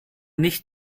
nicht